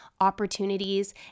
opportunities